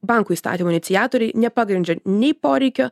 bankų įstatymo iniciatoriai nepagrindžia nei poreikio